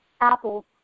apples